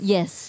Yes